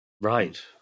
Right